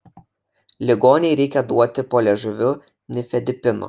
ligonei reikia duoti po liežuviu nifedipino